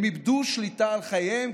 הם איבדו שליטה על חייהם,